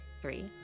Three